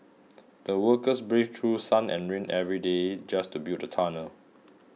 the workers braved through sun and rain every day just to build the tunnel